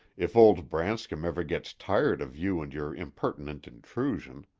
if old branscom ever gets tired of you and your impertinent intrusion.